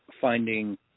finding